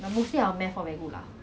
you know can choose after